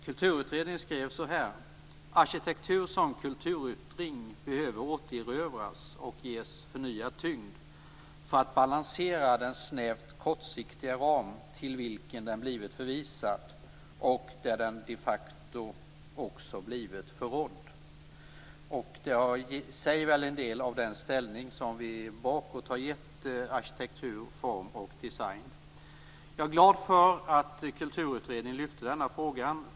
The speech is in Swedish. Kulturutredningen skrev följande: Arkitektur som kulturyttring behöver återerövras och ges förnyad tyngd för att balansera den snävt kortsiktiga ram till vilken den blivit förvisad och där den de facto också blivit förrådd. Det säger väl en del om den ställning som vi bakåt i tiden har gett arkitektur, form och design. Jag är glad över att Kulturutredningen lyfte fram denna fråga.